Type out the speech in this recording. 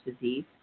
disease